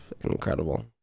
Incredible